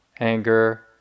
anger